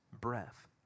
breath